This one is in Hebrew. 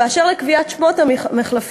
2. באשר לקביעת שמות המחלפים,